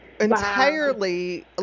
entirely